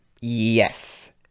Yes